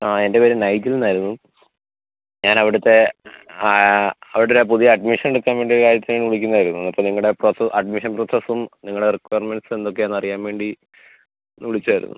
ആ എന്റെ പേര് നൈഖിൽ എന്നായിരുന്നു ഞാൻ അവിടുത്തെ അവിടെ ഒരു പുതിയ അഡ്മിഷൻ എടുക്കാൻ വേണ്ട കാര്യത്തിന് വിളിക്കുന്നതായിരുന്നു അപ്പോൾ നിങ്ങളുടെ പ്രൊസ അഡ്മിഷൻ പ്രൊസസും നിങ്ങളുടെ റിക്വയർമെൻറ്സ് എന്തൊക്കെ ആണെന്നറിയാൻ വേണ്ടി ഒന്ന് വിളിച്ചതായിരുന്നു